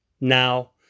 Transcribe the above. Now